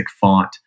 font